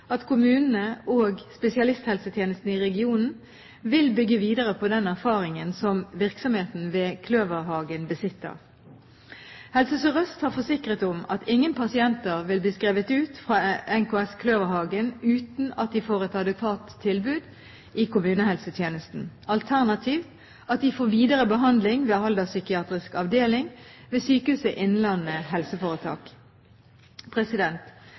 at kommunene og spesialisthelsetjenesten i regionen vil bygge videre på den erfaringen som virksomheten ved Kløverhagen besitter. Helse Sør-Øst har forsikret om at ingen pasienter vil bli skrevet ut fra NKS Kløverhagen uten at de får et adekvat tilbud i kommunehelsetjenesten, alternativt at de får videre behandling ved alderspsykiatrisk avdeling ved Sykehuset Innlandet